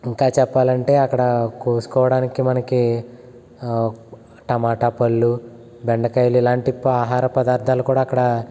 ఇంకా చెప్పాలి అంటే అక్కడ కోసుకోవడానికి మనకి టమాట పళ్ళు బెండకాయలు ఇలాంటి పా ఆహార పదార్థాలు కూడా అక్కడ